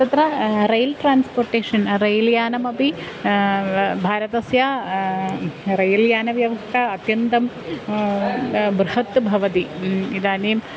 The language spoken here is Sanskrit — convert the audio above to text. तत्र रैल् ट्रान्स्पोर्टेशन् रैल् यानमपि भारतस्य रैल् यानव्यवस्था अत्यन्तं बृहत् भवति इदानीं